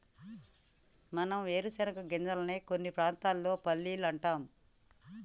మనం వేరుశనగ గింజలనే కొన్ని ప్రాంతాల్లో పల్లీలు అంటాం